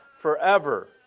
forever